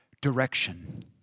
direction